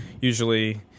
usually